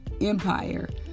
Empire